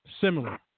similar